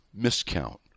miscount